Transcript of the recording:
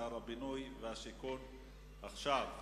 שר הבינוי והשיכון היום.